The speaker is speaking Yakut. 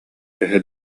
төһө